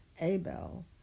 Abel